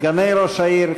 סגני ראש העיר,